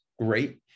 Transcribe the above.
great